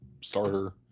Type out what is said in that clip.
starter